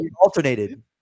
alternated